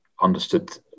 understood